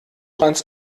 ans